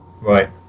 Right